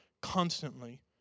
constantly